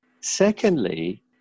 Secondly